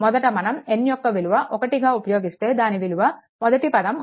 మొదట మనం n యొక్క విలువ 1గా ఉపయోగిస్తే దాని విలువ మొదటి పదం అవుతుంది